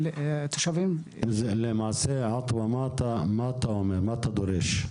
מה אתה דורש למעשה?